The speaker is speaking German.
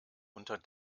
unter